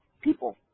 people